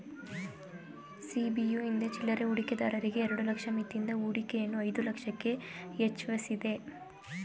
ಸಿ.ಬಿ.ಯು ಹಿಂದೆ ಚಿಲ್ಲರೆ ಹೂಡಿಕೆದಾರರಿಗೆ ಎರಡು ಲಕ್ಷ ಮಿತಿಯಿದ್ದ ಹೂಡಿಕೆಯನ್ನು ಐದು ಲಕ್ಷಕ್ಕೆ ಹೆಚ್ವಸಿದೆ